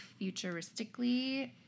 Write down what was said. futuristically